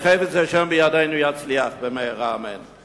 וחפץ השם בידינו יצליח, במהרה, אמן.